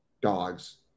dogs